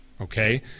Okay